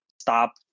Stop